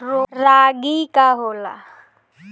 रागी का होला?